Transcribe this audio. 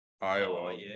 iowa